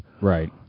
Right